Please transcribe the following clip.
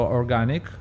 organic